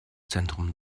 zentrum